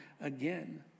again